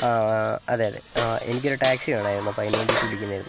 ആ അതെ അതെ ആ എനിക്കൊരു ടാക്സി വേണമായിരുന്നു അപ്പോൾ അതിനുവേണ്ടിയിട്ട് വിളിക്കുന്നത് ആയിരുന്നു